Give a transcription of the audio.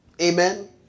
Amen